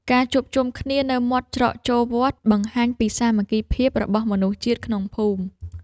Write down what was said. ការជួបជុំគ្នានៅមាត់ច្រកចូលវត្ត បង្ហាញពីសាមគ្គីភាពរបស់មនុស្សក្នុងភូមិ។